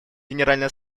генеральной